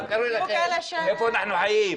מה קרה לכם, איפה אנחנו חיים.